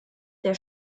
der